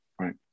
right